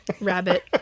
rabbit